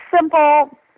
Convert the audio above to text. simple